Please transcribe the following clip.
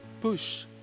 push